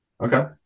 Okay